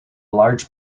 large